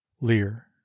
Lear